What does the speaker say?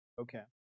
Okay